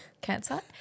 Cancer